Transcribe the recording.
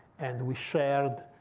and we shared